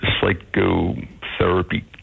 psychotherapy